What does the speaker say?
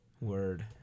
Word